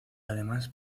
además